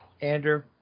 Andrew